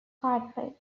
cardwell